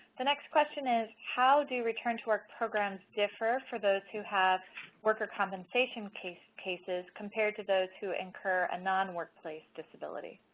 the next question is how do return to work programs differ for those who have workers compensation cases, compared to those who incur a non-workplace disability?